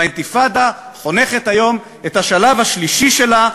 והאינתיפאדה חונכת היום את השלב השלישי שלה,